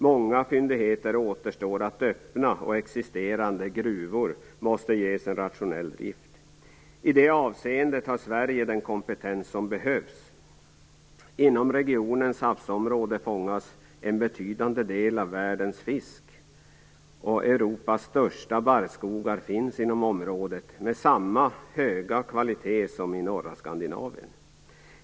Många fyndigheter återstår att öppna, och existerande gruvor måste ges en rationell drift. I det avseendet har Sverige den kompetens som behövs. Inom regionens havsområde fångas en betydande del av världens fisk. Europas största barrskogar med samma höga kvalitet som i norra Skandinavien finns inom området.